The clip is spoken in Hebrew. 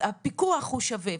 שהפיקוח הוא שווה.